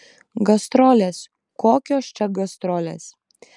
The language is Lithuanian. gastrolės kokios čia gastrolės